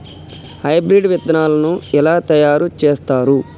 Hybrid విత్తనాలను ఎలా తయారు చేస్తారు?